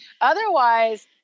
otherwise